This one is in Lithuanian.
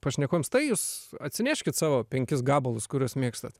pašnekovams tai jūs atsineškit savo penkis gabalus kuriuos mėgstat